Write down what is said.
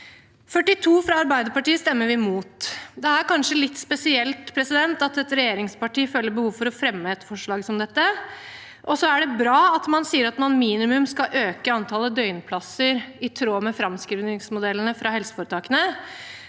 42, fra Arbeiderpartiet, stemmer vi mot. Det er kanskje litt spesielt at et regjeringsparti føler behov for å fremme et forslag som dette. Det er bra at man sier at man minimum skal øke antallet døgnplasser i tråd med framskrivningsmodellene fra helseforetakene,